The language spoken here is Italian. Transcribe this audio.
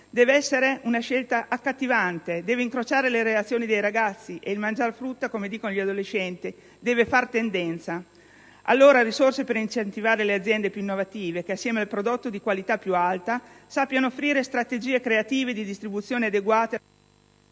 Deve essere una scelta accattivante; deve incrociare le reazioni dei ragazzi e il mangiare frutta, come dicono gli adolescenti, deve fare tendenza. Occorrono allora risorse per incentivare le aziende più innovative che, insieme al prodotto di qualità più alta, sappiano offrire strategie creative di distribuzione adeguata